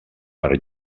per